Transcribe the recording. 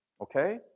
Okay